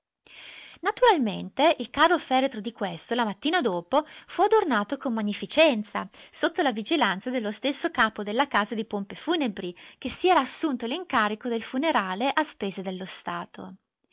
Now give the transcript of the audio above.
naturalmente il carro feretro di questo la mattina dopo fu adornato con magnificenza sotto la vigilanza dello stesso capo della casa di pompe funebri che si era assunto l'incarico del funerale a spese dello stato